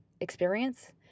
experience